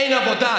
אין עבודה.